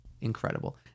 incredible